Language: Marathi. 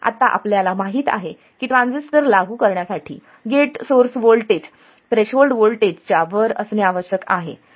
आता आपल्याला माहिती आहे की ट्रांजिस्टर चालू करण्यासाठी गेट सोर्स व्होल्टेज थ्रेशोल्ड व्होल्टेजच्या वर असणे आवश्यक आहे